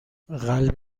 قلب